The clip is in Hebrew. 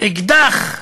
אקדח,